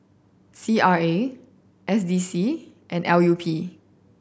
C R A S D C and L U P